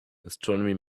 astronomy